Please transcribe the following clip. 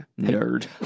nerd